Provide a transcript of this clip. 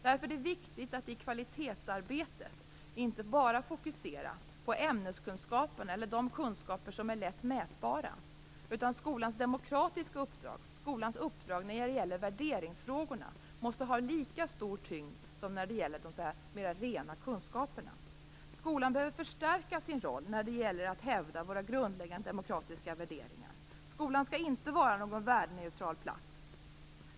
Därför är det viktigt att i kvalitetsarbetet inte bara fokusera på ämneskunskaper eller de kunskaper som är lätt mätbara. Skolans demokratiska uppdrag, skolans uppdrag när det gäller värderingsfrågorna, måste ha lika stor tyngd som de rena kunskaperna. Skolan behöver förstärka sin roll när det gäller att hävda våra grundläggande demokratiska värderingar. Skolan skall inte vara någon värdeneutral plats.